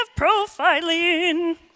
profiling